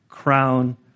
crown